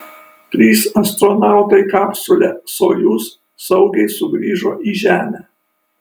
trys astronautai kapsule sojuz saugiai sugrįžo į žemę